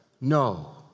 No